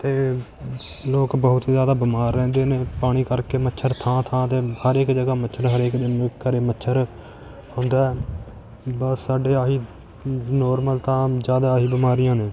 ਅਤੇ ਲੋਕ ਬਹੁਤ ਜ਼ਿਆਦਾ ਬਿਮਾਰ ਰਹਿੰਦੇ ਨੇ ਪਾਣੀ ਕਰਕੇ ਮੱਛਰ ਥਾਂ ਥਾਂ 'ਤੇ ਹਰ ਇੱਕ ਜਗ੍ਹਾ ਮੱਛਰ ਹਰੇਕ ਦਿਨ ਘਰ ਮੱਛਰ ਹੁੰਦਾ ਬਸ ਸਾਡੇ ਆਹੀ ਨੋਰਮਲ ਤਾਂ ਜ਼ਿਆਦਾ ਆਹੀ ਬਿਮਾਰੀਆਂ ਨੇ